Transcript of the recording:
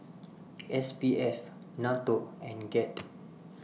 S P F NATO and Ged